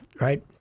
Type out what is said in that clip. right